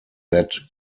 that